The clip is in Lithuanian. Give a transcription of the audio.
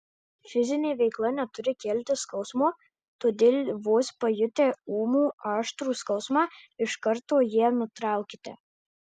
fizinė veikla neturi kelti skausmo todėl vos pajutę ūmų aštrų skausmą iš karto ją nutraukite